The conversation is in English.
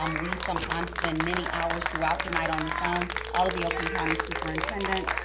um we sometimes spend many hours throughout the night on the phone. all of the oakland county superintendents,